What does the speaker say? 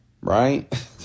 Right